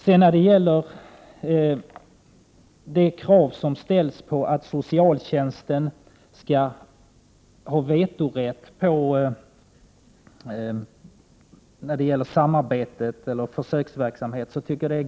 Jag tycker också det är ett ganska egendomligt krav att socialtjänsten skulle ha vetorätt när det gäller försöksverksamhet.